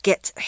Get